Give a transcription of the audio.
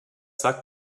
sagt